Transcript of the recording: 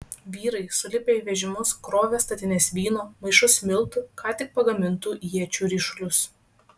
vyrai sulipę į vežimus krovė statines vyno maišus miltų ką tik pagamintų iečių ryšulius